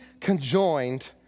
conjoined